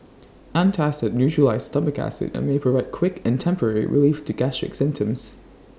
antacid neutralises stomach acid and may provide quick and temporary relief to gastric symptoms